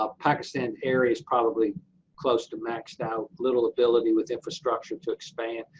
ah pakistan area is probably close to maxed out, little ability with infrastructure to expand.